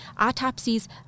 autopsies